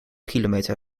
kilometer